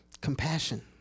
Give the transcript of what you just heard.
compassion